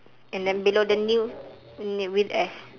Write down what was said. and then below the new new with S